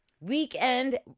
weekend